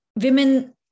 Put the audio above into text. women